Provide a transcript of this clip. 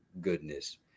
goodness